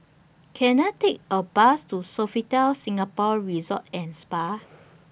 Can I Take A Bus to Sofitel Singapore Resort and Spa